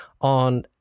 on